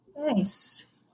Nice